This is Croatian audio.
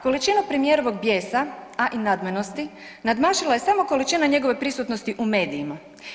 Količina premijerovog bijesa, a i nadmenosti nadmašila je samo količina njegove prisutnosti u medijima.